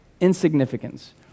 insignificance